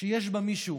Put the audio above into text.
שיש בה מישהו